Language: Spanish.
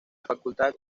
facultad